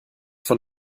von